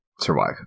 survive